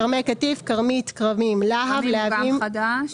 כרמי קטיף כרמית כרמים להב להבים כרמים הוא גם חדש.